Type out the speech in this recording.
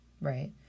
right